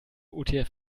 utf